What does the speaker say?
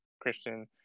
christian